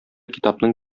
китапның